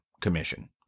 Commission